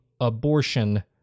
abortion